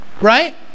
Right